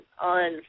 on